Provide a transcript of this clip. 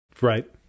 Right